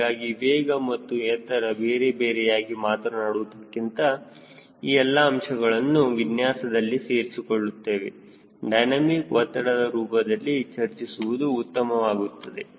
ಹೀಗಾಗಿ ವೇಗ ಮತ್ತು ಎತ್ತರ ಬೇರೆಬೇರೆಯಾಗಿ ಮಾತನಾಡುವುದಕ್ಕಿಂತ ಈ ಎಲ್ಲಾ ಅಂಶಗಳನ್ನು ವಿನ್ಯಾಸದಲ್ಲಿ ಸೇರಿಕೊಳ್ಳುತ್ತವೆ ಡೈನಮಿಕ್ ಒತ್ತಡದ ರೂಪದಲ್ಲಿ ಚರ್ಚಿಸುವುದು ಉತ್ತಮವಾಗುತ್ತದೆ